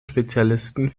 spezialisten